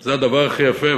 זה הדבר הכי יפה.